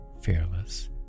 fearless